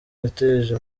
yateje